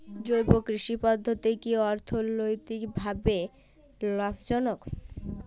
জৈব কৃষি পদ্ধতি কি অর্থনৈতিকভাবে লাভজনক?